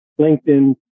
LinkedIn